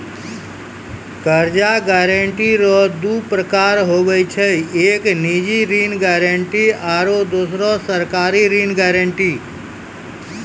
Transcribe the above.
कर्जा गारंटी रो दू परकार हुवै छै एक निजी ऋण गारंटी आरो दुसरो सरकारी ऋण गारंटी